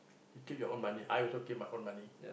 you take your own money I also keep my own money